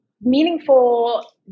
Meaningful